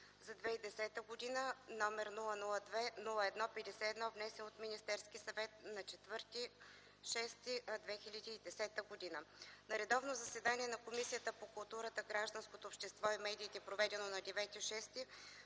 за 2010 г., № 002-01 51, внесен от Министерския съвет на 4 юни 2010 г. На редовно заседание на Комисията по културата, гражданското общество и медиите, проведено на 9